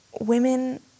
women